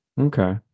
Okay